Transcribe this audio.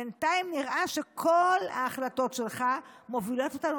בינתיים נראה שההחלטות שלך מובילות אותנו